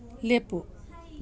ꯂꯦꯞꯄꯨ